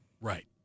Right